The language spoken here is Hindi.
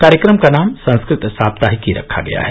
कार्यक्रम का नाम संस्कृत साप्ताहिकी रखा गया है